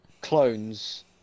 clones